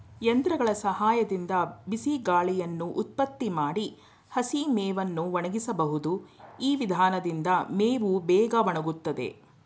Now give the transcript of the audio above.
ಯಂತ್ರಗಳ ಸಹಾಯದಿಂದ ಬಿಸಿಗಾಳಿಯನ್ನು ಉತ್ಪತ್ತಿ ಮಾಡಿ ಹಸಿಮೇವನ್ನು ಒಣಗಿಸಬಹುದು ಈ ವಿಧಾನದಿಂದ ಮೇವು ಬೇಗ ಒಣಗುತ್ತದೆ